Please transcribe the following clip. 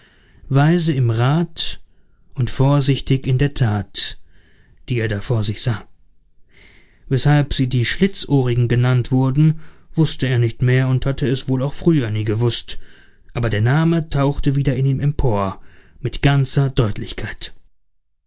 weise im rat und vorsichtig in der tat die er da vor sich sah weshalb sie die schlitzohrigen genannt wurden wußte er nicht mehr und hatte es wohl auch früher nie gewußt aber der name tauchte wieder in ihm empor mit ganzer deutlichkeit